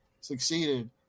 succeeded